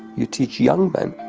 you teach young men.